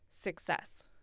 success